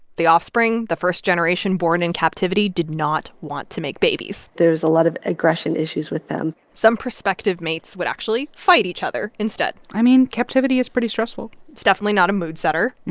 the offspring, the first generation born in captivity, did not want to make babies there's a lot of aggression issues with them some prospective mates would actually fight each other instead i mean, captivity is pretty stressful it's definitely not a mood-setter.